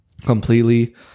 completely